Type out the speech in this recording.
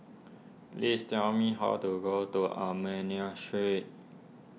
please tell me how to go to Armenian Street